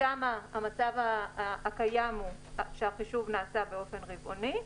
שם המצב הקיים הוא שהחישוב נעשה באופן רבעוני,